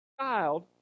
child